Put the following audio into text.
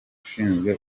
ushinzwe